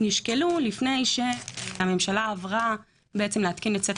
נשקלו לפני שהממשלה עברה בעצם להתקין את סט